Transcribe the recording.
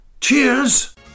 Cheers